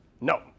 No